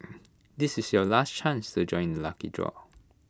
this is your last chance to join the lucky draw